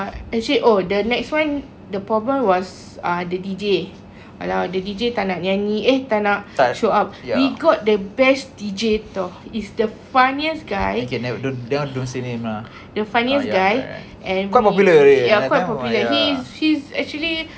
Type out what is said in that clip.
I actually oh the next one the problem was uh the D_J kalau the D_J tak nak nyanyi eh tak nak show up we got the best D_J [tau] he's the funniest guy the funniest guy ya quite popular he's she's actually